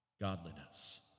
godliness